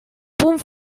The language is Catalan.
punt